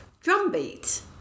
drumbeat